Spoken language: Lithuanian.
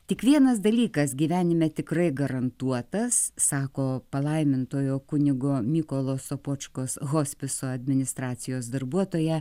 tik vienas dalykas gyvenime tikrai garantuotas sako palaimintojo kunigo mykolo sopočkos hospiso administracijos darbuotoja